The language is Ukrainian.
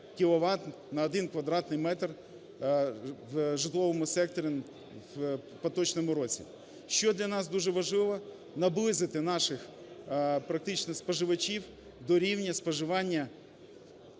на один квадратний метр в житловому секторі у поточному році. Що для нас дуже важливо? Наблизити наших практично споживачів до рівня споживання,